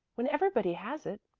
when everybody has it.